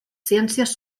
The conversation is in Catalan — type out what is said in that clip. ciències